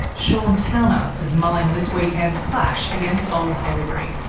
sean towner, is mulling this weekend's clash against old haileybury.